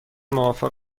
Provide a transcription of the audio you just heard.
موافق